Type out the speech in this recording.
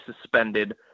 suspended